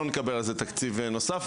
לא נקבל על זה תקציב נוסף,